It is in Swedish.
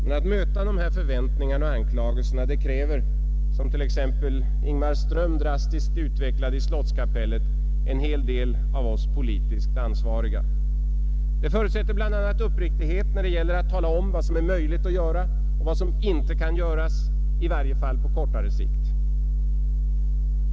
Men att möta dessa förväntningar och anklagelser kräver, som t.ex. Ingmar Ström drastiskt utvecklade i slottskapellet, en hel del av oss politiskt ansvariga. Det förutsätter bl.a. uppriktighet när det gäller att tala om vad som är möjligt att göra och vad som inte kan göras, i varje fall på kortare sikt.